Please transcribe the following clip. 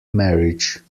marriage